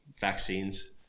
vaccines